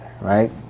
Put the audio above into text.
right